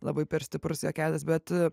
labai per stiprus juokelis bet